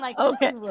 Okay